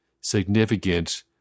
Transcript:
significant